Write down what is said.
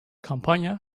kampanya